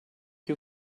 you